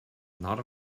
not